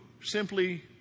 simply